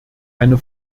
eine